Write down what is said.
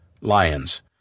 Lions